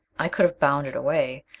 i could have bounded away,